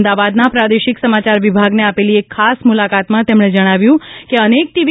અમદાવાદના પ્રાદેશિક સમાચાર વિભાગને આપેલી એક ખાસ મુલાકાતમાં તેમણે જણાવ્યું કે અનેક ટીવી